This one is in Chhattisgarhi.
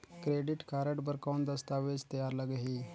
क्रेडिट कारड बर कौन दस्तावेज तैयार लगही?